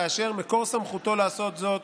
כאשר מקור סמכותו לעשות זאת